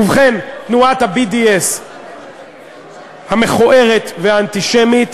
ובכן, תנועת ה-BDS המכוערת והאנטישמית,